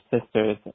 sisters